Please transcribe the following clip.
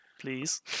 Please